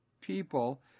people